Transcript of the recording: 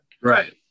right